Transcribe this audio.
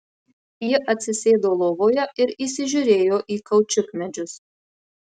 ji atsisėdo lovoje ir įsižiūrėjo į kaučiukmedžius